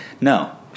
No